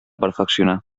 perfeccionar